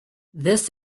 this